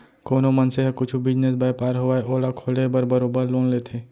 कोनो मनसे ह कुछु बिजनेस, बयपार होवय ओला खोले बर बरोबर लोन लेथे